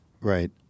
right